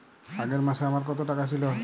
আগের মাসে আমার কত টাকা ছিল?